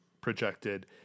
projected